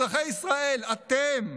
אזרחי ישראל, אתם,